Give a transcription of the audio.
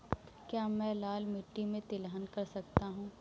क्या मैं लाल मिट्टी में तिलहन कर सकता हूँ?